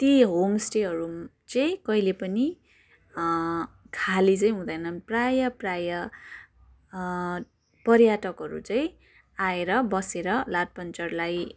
ती होमस्टेहरू चाहिँ कहिले पनि खाली चाहिँ हुँदैनन् प्रायः प्रायः पर्यटकहरू चाहिँ आएर बसेर लाठपन्चरलाई